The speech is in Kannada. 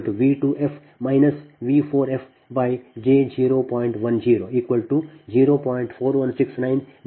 ಈಗ I24V2f V4f j0